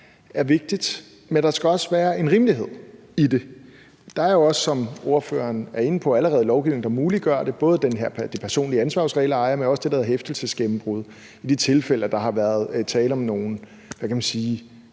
er vigtigt, men der skal også være en rimelighed i det. Der er jo også, som ordføreren er inde på, allerede lovgivning, der muliggør det, både det personlige ansvar hos reelle ejere, men også det, der hedder hæftelsesgennembrud, i det tilfælde at der har været tale om nogle, hvad kan man sige,